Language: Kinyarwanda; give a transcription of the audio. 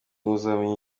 muzamenya